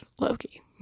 Loki